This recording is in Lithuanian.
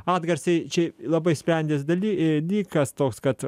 atgarsiai čia labai sprendėsi daly ė lykas toks kad